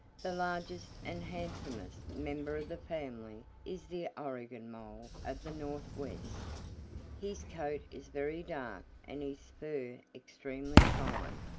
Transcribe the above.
the largest and handsomest member of the family is the oregon mole of the northwest. his coat is very dark and his fur extremely fine.